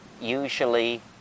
Usually